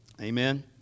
Amen